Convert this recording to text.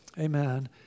amen